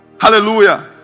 Hallelujah